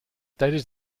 tijdens